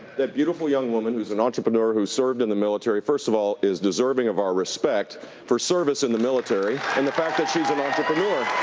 that beautiful young woman who's an entrepreneur who served in the military, first of all, is deserving of our respect for service in the military and the fact that she's an entrepreneur.